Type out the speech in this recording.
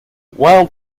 wild